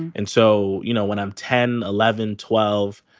and so, you know, when i'm ten, eleven, twelve,